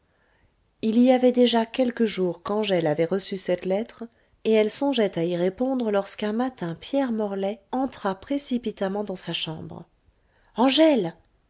il y avait déjà quelques jours qu'angèle avait reçu cette lettre et elle songeait à y répondre lorsqu'un matin pierre morlaix entra précipitamment dans sa chambre